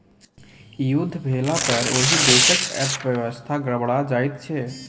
युद्ध भेलापर ओहि देशक अर्थव्यवस्था गड़बड़ा जाइत छै